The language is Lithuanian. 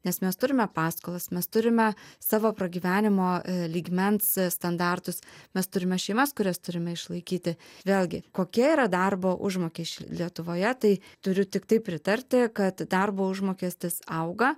nes mes turime paskolas mes turime savo pragyvenimo lygmens standartus mes turime šeimas kurias turime išlaikyti vėlgi kokie yra darbo užmokesčiai lietuvoje tai turiu tiktai pritarti kad darbo užmokestis auga